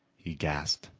he gasped,